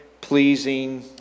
pleasing